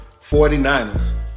49ers